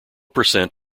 percent